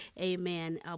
amen